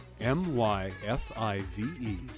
M-Y-F-I-V-E